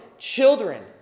Children